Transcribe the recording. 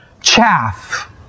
chaff